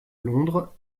londres